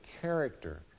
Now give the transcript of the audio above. character